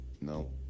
No